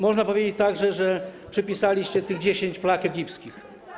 Można powiedzieć także, że przypisaliście mu 10 plag egipskich.